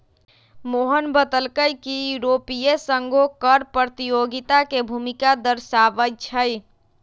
मोहन बतलकई कि यूरोपीय संघो कर प्रतियोगिता के भूमिका दर्शावाई छई